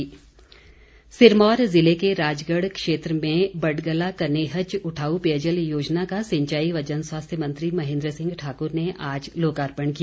महेन्द्र सिंह सिरमौर जिले के राजगढ़ क्षेत्र में बडगला कनेहच उठाऊ पेयजल योजना का सिंचाई व जन स्वास्थ्य मंत्री महेन्द्र सिंह ठाक्र ने आज लोकार्पण किया